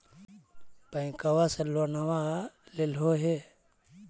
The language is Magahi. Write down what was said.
बैंकवा से लोनवा लेलहो हे?